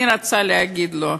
אני רוצה להגיד לו: